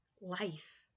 life